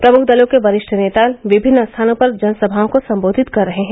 प्रमुख दलों के वरिष्ठ नेता विभिन्न स्थानों पर जनसभाओं को संबोधित कर रहे हैं